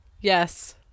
Yes